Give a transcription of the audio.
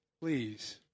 Please